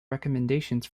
recommendations